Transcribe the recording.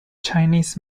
chinese